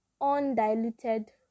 undiluted